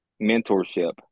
mentorship